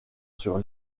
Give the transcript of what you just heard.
sur